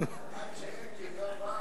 שאלקין לא בא,